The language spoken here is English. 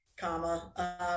comma